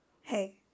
Hey